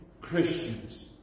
Christians